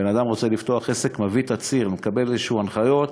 בן-אדם רוצה לפתוח עסק, מקבל איזשהן הנחיות,